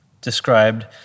described